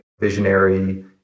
visionary